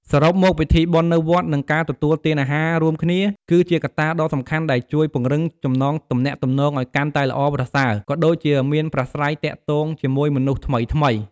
សរុបមក ពិធីបុណ្យនៅវត្ត និងការទទួលទានអាហាររួមគ្នា គឺជាកត្តាដ៏សំខាន់ដែលជួយ ពង្រឹងចំណងទំនាក់ទំនងឲ្យកាន់តែល្អប្រសើរ ក៏ដូចជាមានប្រាស្រ័យទាក់ទងជាមួយមនុស្សថ្មីៗ។